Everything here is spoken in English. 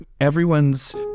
everyone's